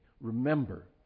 Remember